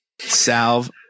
salve